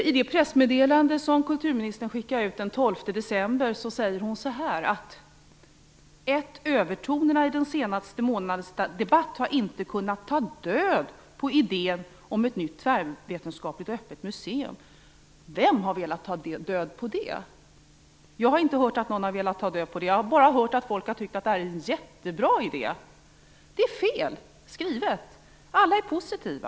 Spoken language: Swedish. I det pressmeddelande som kulturministern skickade ut den 12 december säger hon så här: "Övertonerna i de senaste månadernas debatt har inte kunnat ta död på idén om ett nytt tvärvetenskapligt och öppet museum." Vem har velat ta död på det? Jag har inte hört att någon har velat ta död på det. Jag har bara hört att folk har tyckt att det här är en jättebra idé. Det är fel skrivet. Alla är positiva.